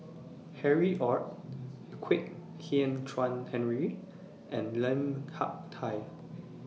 Harry ORD Kwek Hian Chuan Henry and Lim Hak Tai